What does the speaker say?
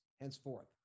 henceforth